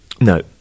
No